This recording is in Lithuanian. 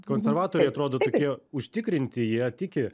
konservatoriai atrodo tokie užtikrinti jie tiki